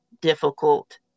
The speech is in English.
difficult